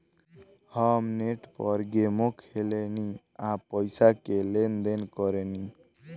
हम नेट पर गेमो खेलेनी आ पइसो के लेन देन करेनी